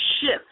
shift